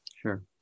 Sure